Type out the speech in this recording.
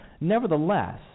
Nevertheless